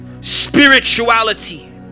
spirituality